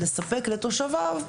לספק לתושביו,